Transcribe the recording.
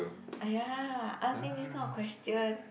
!aiya! answer this kind of question